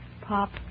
Pop